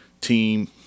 Team